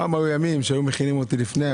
שעה שתקפות עדיין בשנת 2023 מהסבב הקודם שעשינו.